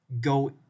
go